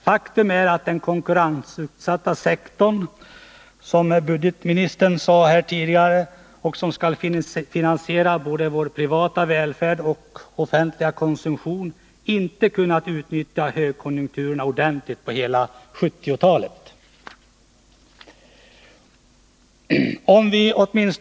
Faktum är att den konkurrensutsatta sektorn — som skall finansiera både vår privata välfärd och offentlig konsumtion — inte kunnat utnyttja högkonjunkturerna ordentligt på hela 1970-talet.